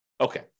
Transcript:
Okay